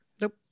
Nope